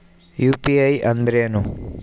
UPI ಅಂದ್ರೇನು?